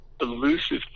elusive